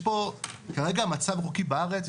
כרגע המצב החוקי בארץ,